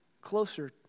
closer